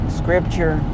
scripture